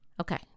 Okay